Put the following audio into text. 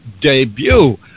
debut